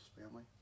family